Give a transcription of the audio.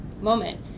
moment